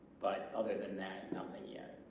but other than that nothing yet